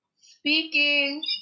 speaking